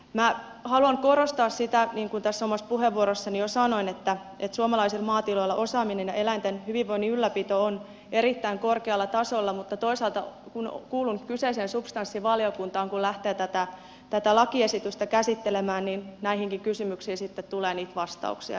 minä haluan korostaa sitä niin kuin tässä omassa puheenvuorossani jo sanoin että suomalaisilla maatiloilla osaaminen ja eläinten hyvinvoinnin ylläpito on erittäin korkealla tasolla mutta toisaalta kun kuulun kyseiseen substanssivaliokuntaan joka lähtee tätä lakiesitystä käsittelemään niin näihinkin kysymyksiin sitten tulee niitä vastauksia